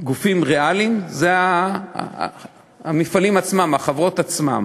גופים ריאליים זה המפעלים עצמם, החברות עצמן.